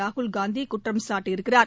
ராகுல் காந்தி குற்றம் சாட்டியிருக்கிறார்